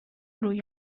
روی